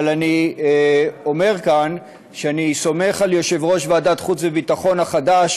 אבל אני אומר כאן שאני סומך על יושב-ראש ועדת החוץ והביטחון החדש,